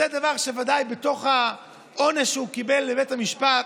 זה דבר שבוודאי, בתוך העונש שהוא קיבל מבית המשפט